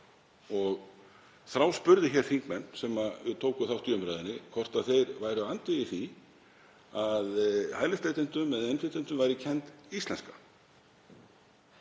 og þráspurði þingmenn sem tóku þátt í umræðunni hvort þeir væru andvígir því að hælisleitendum eða innflytjendum væri kennd íslenska.